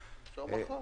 אפשר מחר.